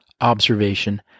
Observation